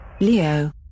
Leo